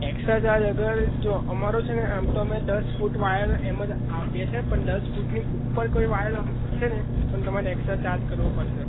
extra charge અગર જો અમારો છે ને આમ તો અમે દસ ફૂટ વાયર એમ જ આપીએ છીએ પણ દસ ફૂટની ઉપર કોઈ વાયર હશે ને તો તમારે એકસ્ટ્રા ચાર્જ કરવો પડશે